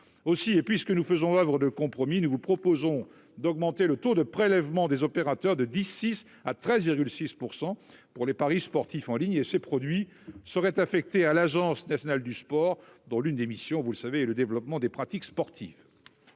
aussi et puis, ce que nous faisons, Havre de compromis, nous vous proposons d'augmenter le taux de prélèvement des opérateurs de d'ici à 13,6 % pour les paris sportifs en ligne et ses produits seraient affectés à l'Agence nationale du sport, dont l'une des missions, vous le savez et le développement des pratiques sportives.